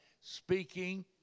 speaking